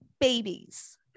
babies